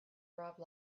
robbed